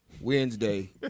Wednesday